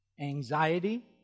anxiety